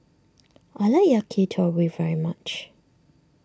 I like Yakitori very much